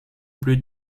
plus